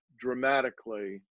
dramatically